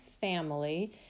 family